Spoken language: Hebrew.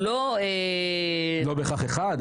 לא בהכרח אחד.